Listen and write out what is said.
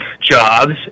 jobs